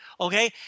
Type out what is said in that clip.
Okay